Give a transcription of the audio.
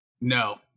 No